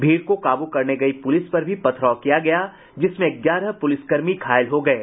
भीड़ को काबू करने गयी पुलिस पर भी पथराव किया गया जिसमें ग्यारह पुलिसकर्मी घायल हो गये